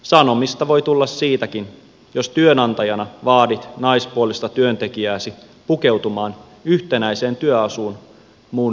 sanomista voi tulla siitäkin jos työnantajana vaadit naispuolista työntekijääsi pukeutumaan yhtenäiseen työasuun muun henkilökunnan kanssa